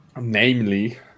namely